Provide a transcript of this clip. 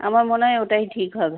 আমার মনে হয় ওটাই ঠিক হবে